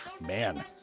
man